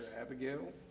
Abigail